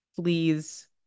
Please